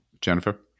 Jennifer